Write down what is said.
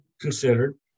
considered